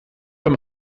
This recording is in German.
beim